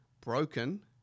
Broken